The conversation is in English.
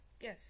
yes